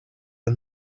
are